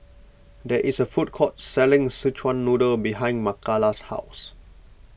there is a food court selling Szechuan Noodle behind Makala's house